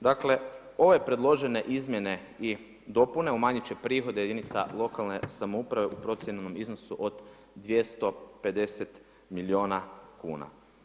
Dakle, ove predložene izmjene i dopune, umanjiti će prihode jedinica lokalne samouprave u procijenjenom iznosu od 250 milijuna kuna.